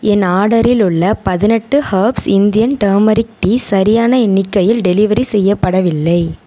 என் ஆர்டரில் உள்ள பதினெட்டு ஹெர்ப்ஸ் இந்தியன் டர்மெரிக் டீ சரியான எண்ணிக்கையில் டெலிவரி செய்யப்படவில்லை